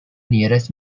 nearest